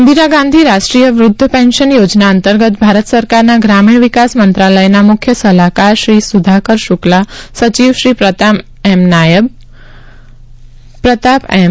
ઇન્દિરા ગાંધ રાષ્ટ્રીય વૃદ્ધ પેન્શન યોજના અંતર્ગત ભારત સરકારના ગ્રામીણ વિકાસ મંત્રાલયના મુખ્ય સલાહકાર શ્રી સુધાક શુકલા સચિવ શ્રી પ્રતાપ એમ